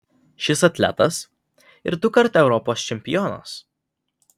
šis atletas ir dukart europos čempionas